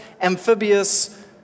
amphibious